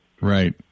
Right